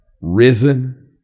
risen